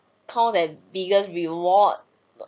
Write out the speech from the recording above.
call that biggest reward but